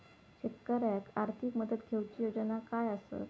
शेतकऱ्याक आर्थिक मदत देऊची योजना काय आसत?